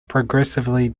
progressively